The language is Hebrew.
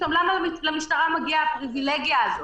למה למשטרה מגיעה הפריווילגיה הזאת?